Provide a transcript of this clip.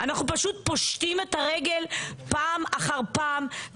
אנחנו פשוט פושטים את הרגל פעם אחר פעם.